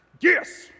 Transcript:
yes